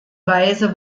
weise